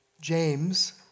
James